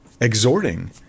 exhorting